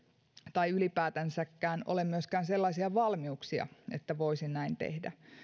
tai ei ylipäätänsä ole myöskään sellaisia valmiuksia että voisi näin tehdä